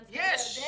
יש.